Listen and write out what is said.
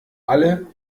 alle